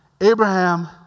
Abraham